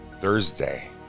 Thursday